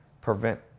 prevent